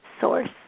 source